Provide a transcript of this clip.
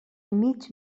mig